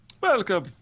Welcome